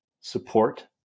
support